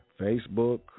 Facebook